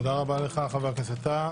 תודה רבה לך, חבר הכנסת טאהא.